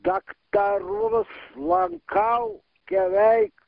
daktarus lankau keveik